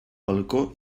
balcó